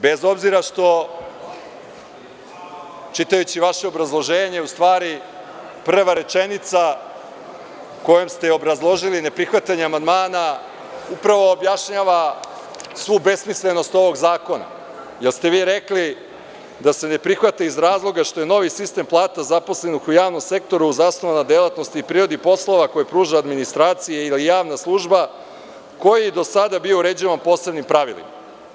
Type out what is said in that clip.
Bez obzira što čitajući vaše obrazloženje, u stvari, prva rečenica kojom ste obrazložili neprihvatanje amandmana upravo objašnjava svu besmislenost ovog zakona, jer ste vi rekli da se ne prihvati iz razloga što je novi sistem plata zaposlenih u javnom sektoru zasnovan na delatnosti i prirodi poslova koje pruža administracija i javna služba, koji je do sada bio uređivan posebnim pravilima.